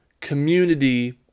community